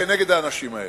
נגד האנשים האלה.